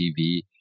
TV